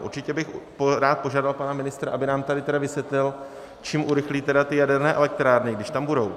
Určitě bych rád požádal pana ministra, aby nám tady vysvětlil, čím urychlí jaderné elektrárny, když tam budou.